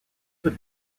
did